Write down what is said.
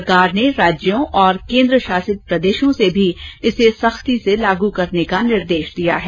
सरकार ने राज्यों और केन्द्र शासित प्रदेशों से भी इसे सख्ती से लागू करने का निर्देश दिया है